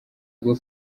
ubwo